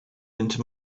into